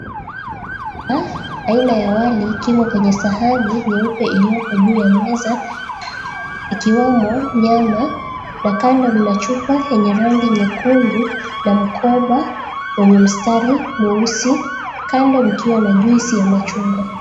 Aina ya wali ikiwa kwenye sahani nyeupe iliyoko juu ya meza, ikiwemo nyama na kando mna chupa yenye rangi nyekundu na mkoba wenye mstari mweusi, kando mkiwa na juisi ya machungwa.